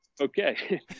Okay